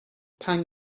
pang